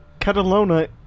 Catalonia